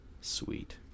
sweet